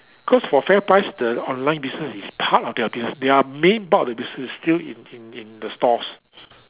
cause for FairPrice the online business is part of their business their main bulk of business is still in in in the stores